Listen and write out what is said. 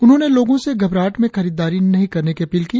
उन्होंने लोगों से घबराहट में खरीदारी नहीं करने की अपील की